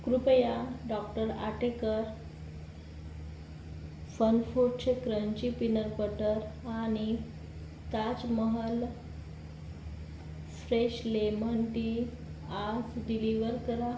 कृपया डॉक्टर आटेकर फनफूड्सचे crunchy peanut butter आणि Taj Mahal fresh lemon tea आज डिलिव्हर करा